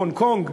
הונג-קונג?